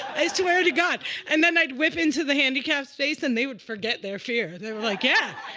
i swear to god. and then i'd whip into the handicap space, and they would forget their fear. they were like, yeah.